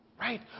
Right